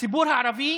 הציבור הערבי